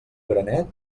granet